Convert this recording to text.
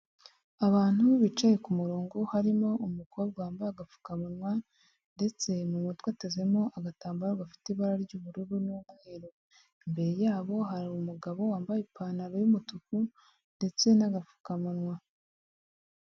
Abantu bicaye ku murongo harimo umukobwa wambaye agapfukamunwa ndetse mu mutwe atezemo agatambaro gafite ibara ry'ubururu n'umweru, imbere yabo hari umugabo wambaye ipantaro y'umutuku ndetse n'agapfukamunwa.